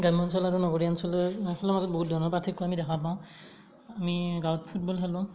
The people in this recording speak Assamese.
গ্ৰাম্য অঞ্চলৰ আৰু নগৰীয়া অঞ্চলৰ মাজত বহুত ধৰণৰ পাৰ্থক্য আমি দেখা পাওঁ আমি গাঁৱত ফুটবল খেলোঁ